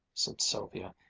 said sylvia.